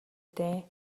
дээ